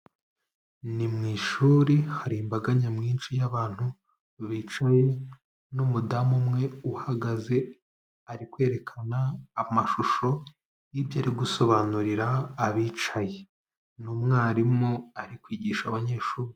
Ni mu ishuri hari imbaga nyamwinshi y'abantu bicaye, n'umudamu umwe uhagaze, ari kwerekana amashusho y'ibyo ari gusobanurira abicaye, ni umwarimu ari kwigisha abanyeshuri.